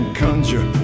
conjure